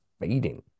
fading